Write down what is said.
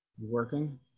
working